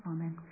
Amen